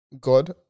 god